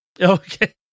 Okay